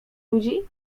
ludzi